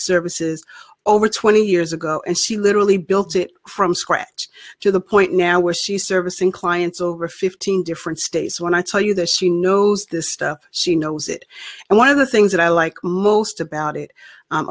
services over twenty years ago and she literally built it from scratch to the point now where she service in clients over fifteen different states when i tell you that she knows this stuff she knows it and one of the things that i like most about it